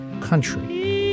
country